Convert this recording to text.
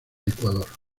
ecuador